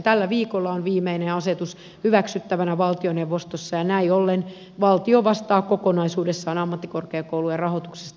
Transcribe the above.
tällä viikolla on viimeinen asetus hyväksyttävänä valtioneuvostossa ja näin ollen valtio vastaa kokonaisuudessaan ammattikorkeakoulujen rahoituksesta